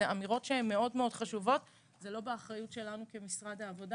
אלה אמירות חשובות אבל זה לא באחריות שלנו כמשרד העבודה.